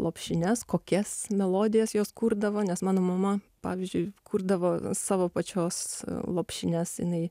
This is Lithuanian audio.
lopšines kokias melodijas jos kurdavo nes mano mama pavyzdžiui kurdavo savo pačios lopšines jinai